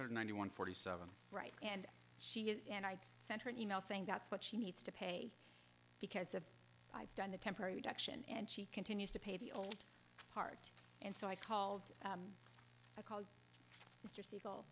hundred ninety one forty seven right and she is and i sent her an e mail saying that's what she needs to pay because if i've done the temporary reduction and she continues to pay the old part and so i called i called mr sieg